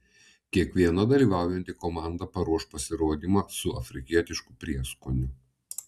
kiekviena dalyvaujanti komanda paruoš pasirodymą su afrikietišku prieskoniu